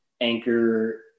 Anchor